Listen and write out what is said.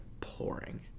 pouring